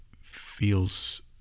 feels